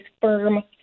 firm